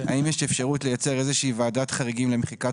האם יש אפשרות לייצר איזה שהיא ועדת חריגים למחיקת